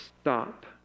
stop